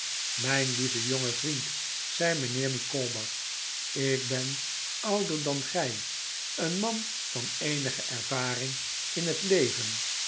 mijn lieve jonge vriend zei mijnheer micawber ik ben ouder dan gij een man van eenige ervaring in het leven